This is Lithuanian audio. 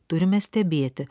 turime stebėti